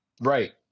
Right